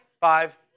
five